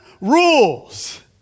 rules